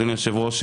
אדוני היושב-ראש,